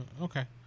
okay